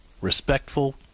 respectful